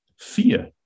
fear